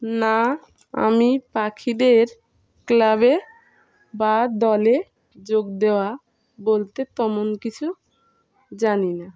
না আমি পাখিদের ক্লাবে বা দলে যোগ দেওয়া বলতে তেমন কিছু জানি না